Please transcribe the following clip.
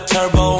Turbo